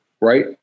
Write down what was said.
right